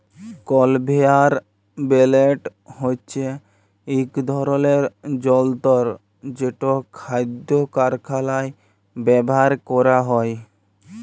conveyor belt হছে ইক ধরলের জলতর যেট খাদ্য কারখালায় ব্যাভার ক্যরা হয়